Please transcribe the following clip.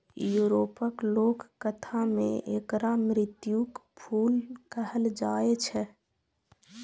यूरोपक लोककथा मे एकरा मृत्युक फूल कहल जाए छै